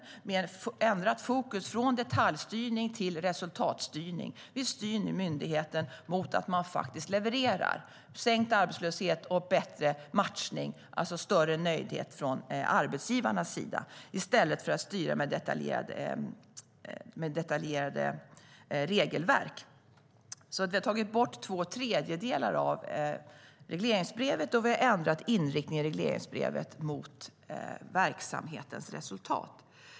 Fokus är ändrat från detaljstyrning till resultatstyrning. Vi styr nu myndigheten mot att den faktiskt levererar sänkt arbetslöshet och bättre matchning, alltså större nöjdhet från arbetsgivarnas sida, i stället för att styra med detaljerade regelverk. Vi har tagit bort två tredjedelar av regleringsbrevet, och vi har ändrat inriktning i brevet mot verksamhetens resultat.